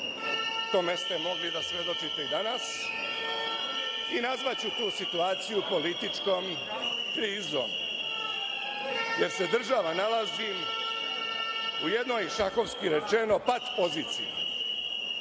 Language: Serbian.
čemu ste mogli da svedočite i danas. Nazvaću tu situaciju političkom krizom, jer se država nalazi u jednoj šahovski rečeno pat poziciji. Posle